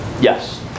Yes